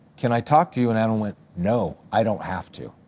can i talk to you? and adam went, no, i don't have to.